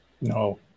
No